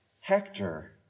Hector